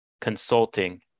consulting